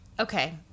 Okay